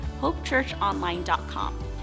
HopeChurchOnline.com